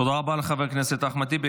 תודה רבה לחבר הכנסת אחמד טיבי.